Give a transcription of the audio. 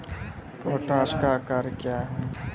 Potash का क्या कार्य हैं?